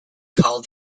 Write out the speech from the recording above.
called